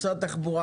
משרד התחבורה,